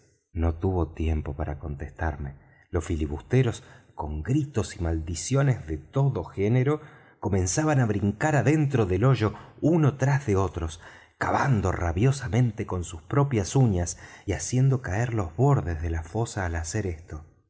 no tuvo tiempo para contestarme los filibusteros con gritos y maldiciones de todo género comenzaban á brincar adentro del hoyo unos tras de otros cavando rabiosamente con sus propias uñas y haciendo caer los bordes de la fosa al hacer esto